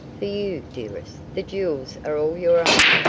for you, dearest the jewels are all your own.